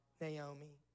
Naomi